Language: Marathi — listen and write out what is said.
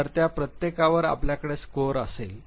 तर त्या प्रत्येकावर आपल्याकडे स्कोअर असेल